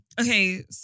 Okay